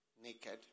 naked